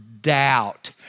doubt